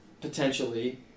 potentially